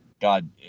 God